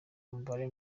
umubare